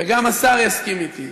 וגם השר יסכים אתי,